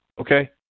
okay